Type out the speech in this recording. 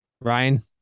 Ryan